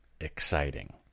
exciting